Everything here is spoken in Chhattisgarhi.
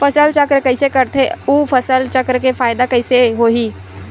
फसल चक्र कइसे करथे उ फसल चक्र के फ़ायदा कइसे से होही?